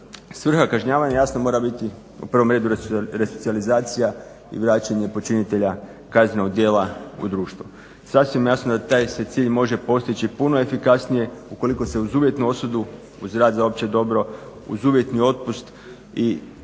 Svrha kažnjavanja jasno mora biti u prvom redu resocijalizacija i vraćanje počinitelja kaznenog djela u društvo. Sasvim jasno da se taj cilj može postići puno efikasnije ukoliko se uz uvjetnu osudu uz rad za opće dobro uz uvjetni otpust i